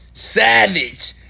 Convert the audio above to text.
Savage